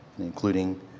including